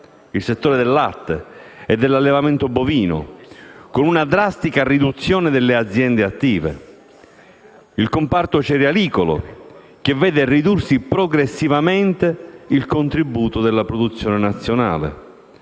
il settore del latte e dell'allevamento bovino, con una drastica riduzione delle aziende attive; il comparto cerealicolo, che vede ridursi progressivamente il contributo della produzione nazionale;